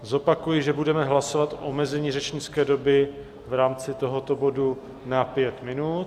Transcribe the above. Zopakuji, že budeme hlasovat o omezení řečnické doby v rámci tohoto bodu na pět minut.